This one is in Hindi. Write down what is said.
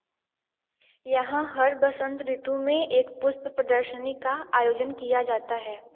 यहाँ हर वसंत ऋतु में एक पुष्प प्रदर्शनी का आयोजन किया जाता है